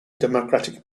democratic